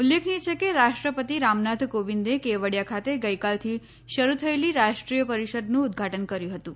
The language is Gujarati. ઉલ્લેખનીય છે કે રાષ્ટ્રપતિ રામનાથ કોવિંદે કેવડીયા ખાતે ગઈકાલથી શરૂ થયેલી રાષ્ટ્રીય પરિષદનું ઉદઘાટન કર્યું હતું